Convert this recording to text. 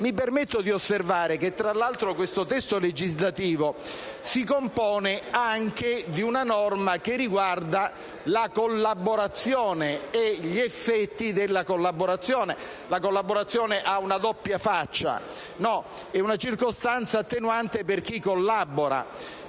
Mi permetto di osservare che, tra l'altro, questo testo legislativo si compone anche di una norma che riguarda la collaborazione e gli effetti della collaborazione. La collaborazione ha una doppia faccia: è una circostanza attenuante per chi collabora,